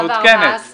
24 ו-14,